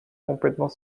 complètement